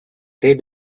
they